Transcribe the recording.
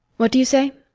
what do you say?